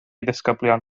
ddisgyblion